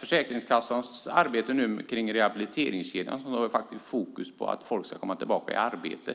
Försäkringskassans arbete med rehabiliteringskedjan sätter fokus på att folk ska komma tillbaka i arbete.